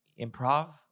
improv